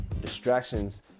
Distractions